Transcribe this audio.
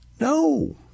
No